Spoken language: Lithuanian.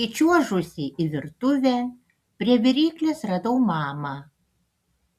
įčiuožusi į virtuvę prie viryklės radau mamą